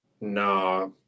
Nah